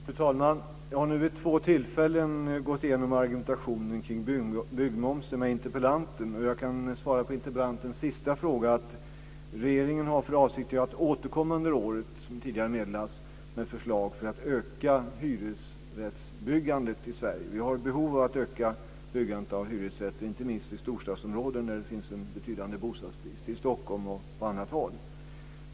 Fru talman! Jag har nu vid två tillfällen gått igenom argumentationen kring byggmomsen med interpellanten. Jag kan svara på interpellantens sista fråga. Som tidigare meddelats har regeringen för avsikt att återkomma under året med förslag för att öka hyresrättsbyggandet i Sverige. Vi har behov av att öka byggandet av hyresrätter i Sverige, inte minst i storstadsområden där det finns en betydande bostadsbrist - i Stockholm och på annat håll.